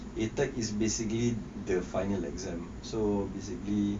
a tech is basically the final exam so basically